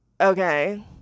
okay